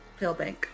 Pillbank